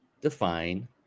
define